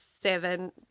seven